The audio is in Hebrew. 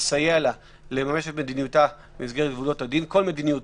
לסייע לה לממש את מדיניותה במסגרת גבולות הדין כל מדיניות,